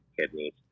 kidneys